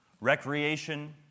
recreation